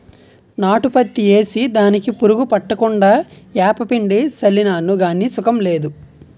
నాటు పత్తి ఏసి దానికి పురుగు పట్టకుండా ఏపపిండి సళ్ళినాను గాని సుకం లేదు